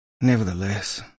Nevertheless